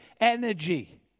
energy